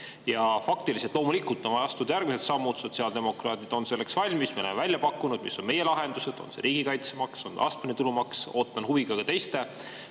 Faktiliselt loomulikult on vaja astuda järgmised sammud. Sotsiaaldemokraadid on selleks valmis. Me oleme välja pakkunud, mis on meie lahendused, on see riigikaitsemaks, astmeline tulumaks. Ootan huviga ka teiste